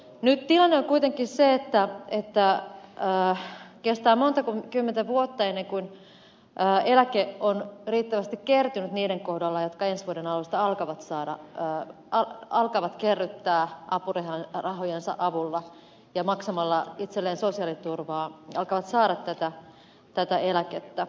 nyt tilanne on kuitenkin se että kestää monta kymmentä vuotta ennen kuin eläkettä on riittävästi kertynyt niiden kohdalla jotka ensi vuoden alusta alkavat kerryttää apurahojensa avulla maksamalla itselleen sosiaaliturvaa ja alkavat saada tätä eläkettä